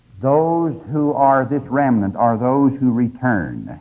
those who are this remnant are those who return.